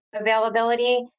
availability